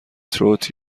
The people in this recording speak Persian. تروت